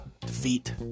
defeat